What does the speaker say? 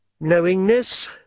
Knowingness